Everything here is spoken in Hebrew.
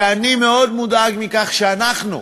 ואני מאוד מודאג מכך שאנחנו,